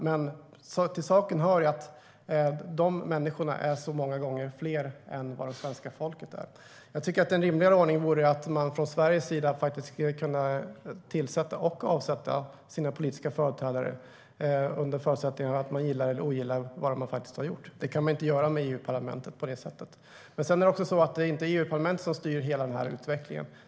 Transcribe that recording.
Men till saken hör att dessa människor är så många gånger fler än svenska folket. Jag tycker att en rimligare ordning vore att man från Sveriges sida skulle kunna tillsätta och avsätta sina politiska företrädare under förutsättning att man gillar eller ogillar vad de faktiskt har gjort. Det kan man inte göra med EU-parlamentet på det sättet. Det är inte heller EU-parlamentet som styr hela utvecklingen.